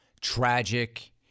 tragic